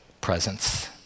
presence